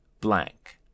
blank